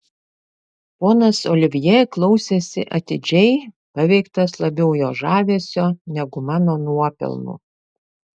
ponas olivjė klausėsi atidžiai paveiktas labiau jos žavesio negu mano nuopelnų